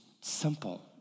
simple